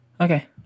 Okay